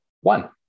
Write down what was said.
one